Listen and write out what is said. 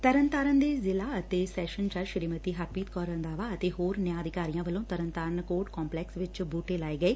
ਤਰਨਤਾਰਨ ਦੇ ਜ਼ਿਲ੍ਹਾ ਅਤੇ ਸੈਸ਼ਨ ਜੱਜ ਸ੍ਰੀਮਤੀ ਹਰਪ੍ਰੀਤ ਕੌਰ ਰੰਧਾਵਾ ਅਤੇ ਹੋਰ ਨਿਆਂ ਅਧਿਕਾਰੀਆਂ ਵੱਲੋਂ ਤਰਨਤਾਰਨ ਕੋਰਟ ਕੰਪਲੈਕਸ ਵਿਚ ਬੁਟੇ ਲਾਏ ਗਏ